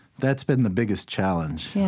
that's been the biggest challenge. yeah